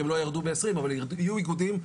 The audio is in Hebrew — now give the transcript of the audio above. אבל יהיו איגודים,